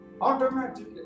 automatically